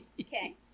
Okay